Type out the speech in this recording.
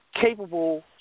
capable